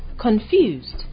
confused